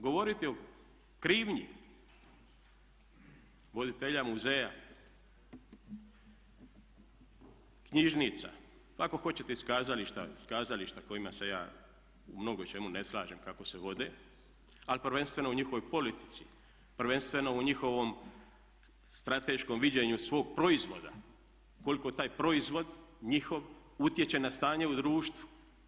Govoriti o krivnji voditelja muzeja, knjižnica, pa ako hoćete i iz kazališta kojima se ja u mnogo čemu ne slažem kako se vode, ali prvenstveno u njihovoj politici, prvenstveno u njihovom strateškom viđenju svog proizvoda koliko taj proizvod njihov utječe na stanje u društvu.